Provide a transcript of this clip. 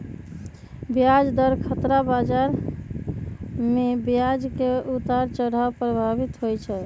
ब्याज दर खतरा बजार में ब्याज के उतार चढ़ाव प्रभावित होइ छइ